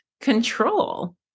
control